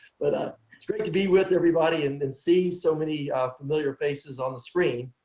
but ah it's great to be with everybody and and see so many familiar faces on the screen.